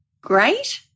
great